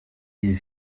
iyi